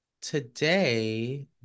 today